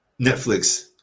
Netflix